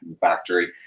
factory